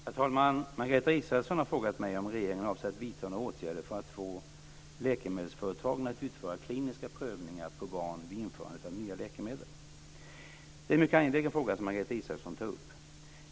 Herr talman! Margareta Israelsson har frågat mig om regeringen avser att vidta några åtgärder för att få läkemedelsföretagen att utföra kliniska prövningar på barn vid införandet av nya läkemedel. Det är en mycket angelägen fråga som Margareta Israelsson tar upp.